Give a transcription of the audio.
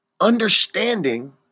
Understanding